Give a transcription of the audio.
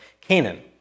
Canaan